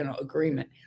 agreement